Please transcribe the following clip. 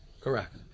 Correct